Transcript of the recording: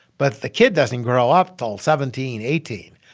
but the kid doesn't grow up till seventeen, eighteen.